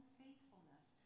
faithfulness